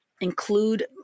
include